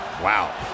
wow